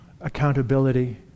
accountability